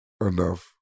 enough